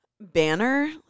banner